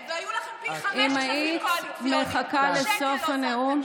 זה כספים קואליציוניים של כחול לבן וישראל ביתנו,